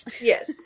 Yes